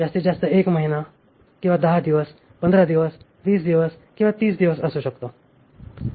जास्तीतजास्त एक महिना किंवा 10 दिवस 15 दिवस 20 दिवस किंवा 30 दिवस असू शकतो